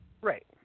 Right